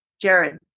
Jared